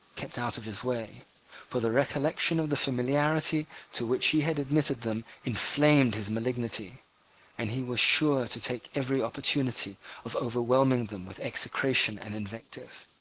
kept out of his way for the recollection of the familiarity to which he had admitted them inflamed his malignity and he was sure to take every opportunity of overwhelming them with execration and invective.